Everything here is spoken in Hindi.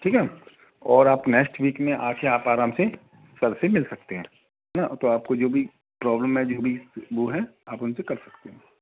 ठीक है मैम और आप नैक्स्ट वीक में आके आप आराम से सर से मिल सकते हैं है न तो आपको जो भी प्रॉब्लम है जो भी वो है आप उनसे कर सकते हैं